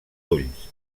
ulls